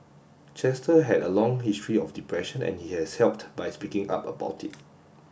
Chester had a long history of depression and he has helped by speaking up about it